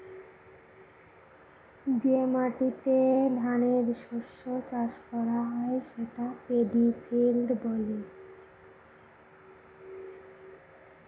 যে মাটিতে ধানের শস্য চাষ করা হয় সেটা পেডি ফিল্ড বলে